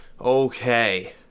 Okay